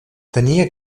tenia